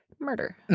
murder